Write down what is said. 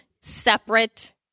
separate